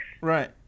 right